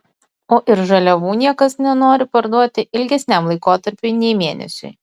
o ir žaliavų niekas nenori parduoti ilgesniam laikotarpiui nei mėnesiui